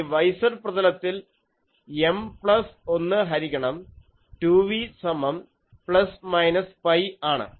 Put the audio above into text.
ഇനി y z പ്രതലത്തിൽ M plus 1 ഹരിക്കണം 2v സമം പ്ലസ് മൈനസ് പൈ ആണ്